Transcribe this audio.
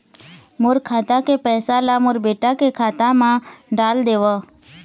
मोर खाता के पैसा ला मोर बेटा के खाता मा डाल देव?